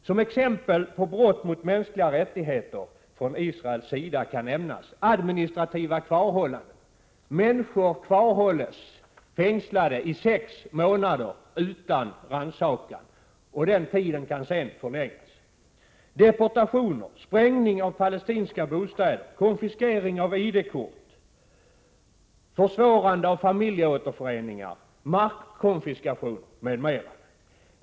Som exempel på brott från Israels sida mot mänskliga rättigheter kan nämnas administrativa kvarhållanden — människor kvarhålls fängslade i sex månader utan rannsakan, och den tiden kan sedan förlängas — deportationer, sprängning av palestinska bostäder, konfiskering av ID-kort, försvårande av familjeåterföreningar, markkonfiskation.